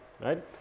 right